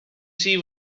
see